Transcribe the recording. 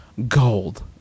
gold